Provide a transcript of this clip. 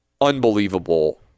unbelievable